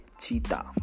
cheetah